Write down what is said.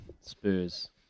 Spurs